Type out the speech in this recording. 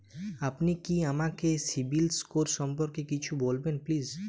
আপনি কি আমাকে সিবিল স্কোর সম্পর্কে কিছু বলবেন প্লিজ?